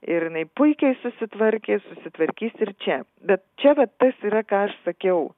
ir jinai puikiai susitvarkė susitvarkys ir čia bet čia vat tas yra ką aš sakiau